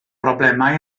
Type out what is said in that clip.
broblemau